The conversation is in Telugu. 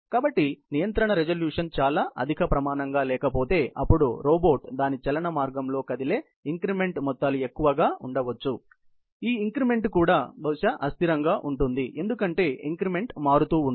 కాబట్టి నియంత్రణ రిజల్యూషన్ చాలా అధిక ప్రమాణంగా లేకపోతే అప్పుడు రోబోట్ దాని చలన మార్గంలో కదిలే ఇంక్రిమెంట్ మొత్తాలు ఎక్కువగా ఉండవచ్చు మరియు ఈ ఇంక్రిమెంట్ కూడా బహుశా అస్థిరంగా ఉంటుంది ఎందుకంటే ఇంక్రిమెంట్ మారుతూ ఉంటుంది